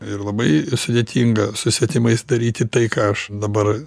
ir labai sudėtinga su svetimais daryti tai ką aš dabar